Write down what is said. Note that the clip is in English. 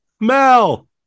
Mel